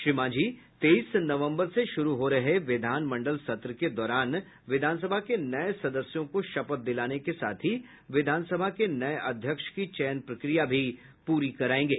श्री मांझी तेईस नवम्बर से शुरू हो रहे विधानमंडल सत्र के दौरान विधानसभा के नये सदस्यों को शपथ दिलाने के साथ ही विधानसभा के नये अध्यक्ष की चयन प्रक्रिया भी प्ररी करायेंगे